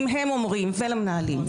ולמנהלים.